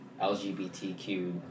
LGBTQ